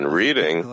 reading